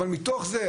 אבל מתוך זה,